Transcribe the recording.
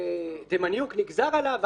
דמיאניוק נגזר עליו,